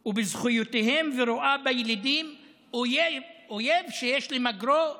ובזכויותיהם, ורואה בילידים אויב שיש למגרו,